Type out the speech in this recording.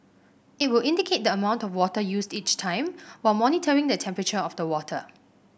it will indicate the amount of water used each time while monitoring the temperature of the water